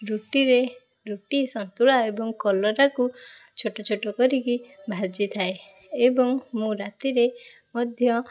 ରୁଟିରେ ରୁଟି ସନ୍ତୁଳା ଏବଂ କଲରାକୁ ଛୋଟ ଛୋଟ କରିକି ଭାଜିଥାଏ ଏବଂ ମୁଁ ରାତିରେ ମଧ୍ୟ